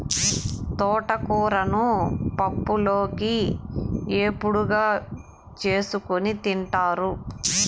తోటకూరను పప్పులోకి, ఏపుడుగా చేసుకోని తింటారు